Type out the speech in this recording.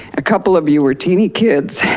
a couple of you were teeny kids,